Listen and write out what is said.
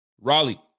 Raleigh